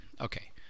okay